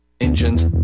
engines